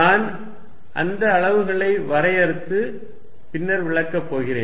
நான் அந்த அளவுகளை வரையறுத்து பின்னர் விளக்கப் போகிறேன்